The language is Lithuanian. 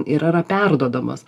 ir yra perduodamos